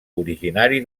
originari